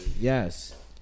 yes